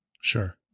Sure